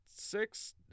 six